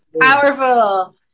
Powerful